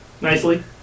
nicely